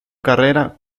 carrera